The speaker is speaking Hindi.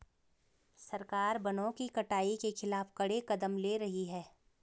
सरकार वनों की कटाई के खिलाफ कड़े कदम ले रही है